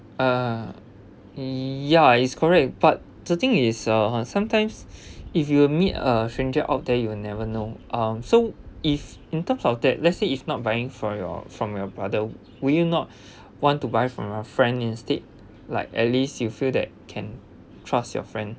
uh ya it's correct but the thing is uh sometimes if you meet a stranger out there you will never know um so if in terms of that let's say if not buying for your from your brother would you not want to buy from a friend instead like at least you feel that can trust your friend